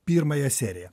pirmąją seriją